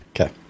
Okay